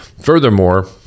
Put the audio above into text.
Furthermore